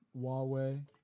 Huawei